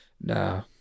No